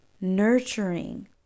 nurturing